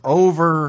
over